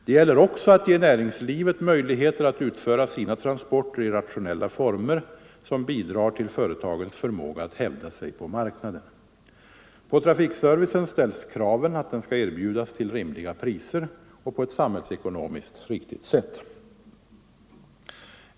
Det gäller också att ge näringslivet möjligheter att utföra sina transporter i rationella former, som bidrar till företagens förmåga att hävda sig på marknaden. På trafikservicen ställs kraven att den skall erbjudas till rimliga priser och på ett samhällsekonomiskt riktigt sätt.